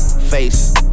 face